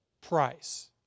price